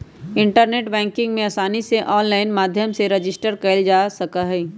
internet banking में आसानी से आनलाइन माध्यम से रजिस्टर कइल जा सका हई